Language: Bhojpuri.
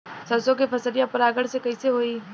सरसो के फसलिया परागण से कईसे होई?